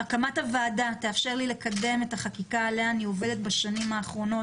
הקמת הוועדה תאפשר לי לקדם את החקיקה עליה אני עובדת בשנים האחרונות,